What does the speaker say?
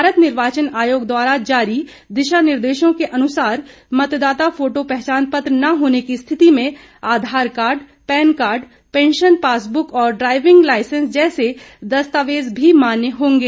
भारत निर्वाचन आयोग द्वारा जारी दिशा निर्देशों के अनुसार मतदाता फोटो पहचान पत्र न होने की स्थिति में Aadhaar card PAN card pension passbook और ड्राईविंग लाईसेंस जैसे दस्तावेज भी मान्य होंगे